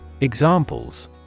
Examples